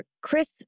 Chris